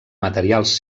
materials